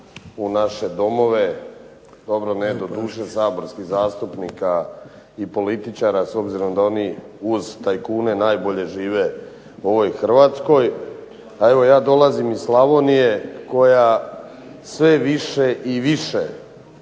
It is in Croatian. u naše domove, dobro ne doduše saborskih zastupnika i političara, s obzirom da oni uz tajkune najbolje žive u ovoj Hrvatskoj, a evo ja dolazim iz Slavonije koja sve više i više